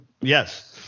Yes